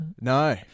No